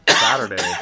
Saturday